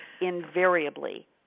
invariably